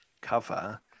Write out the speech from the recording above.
cover